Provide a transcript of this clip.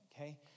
okay